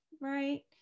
Right